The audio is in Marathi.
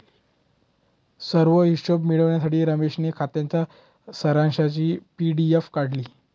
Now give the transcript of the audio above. सर्व हिशोब मिळविण्यासाठी रमेशने खात्याच्या सारांशची पी.डी.एफ काढली